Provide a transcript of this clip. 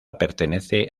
pertenece